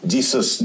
Jesus